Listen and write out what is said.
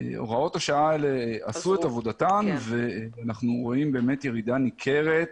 הוראות השעה האלה עשו את עבודתן ואנחנו רואים ירידה ניכרת